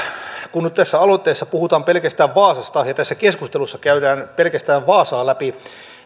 kun nyt tässä aloitteessa puhutaan pelkästään vaasasta ja tässä keskustelussa käydään pelkästään vaasaa läpi